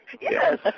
Yes